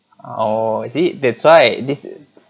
oh see that's why this